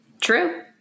True